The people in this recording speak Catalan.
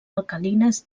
alcalines